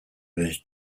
was